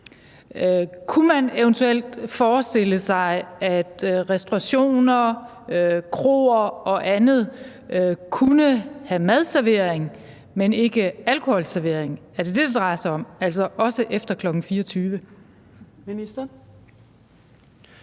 Kunne man eventuelt forestille sig, at restaurationer, kroer og andet kunne have madservering, men ikke alkoholservering, også efter kl. 24? Er det det,